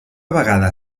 vegada